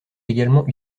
également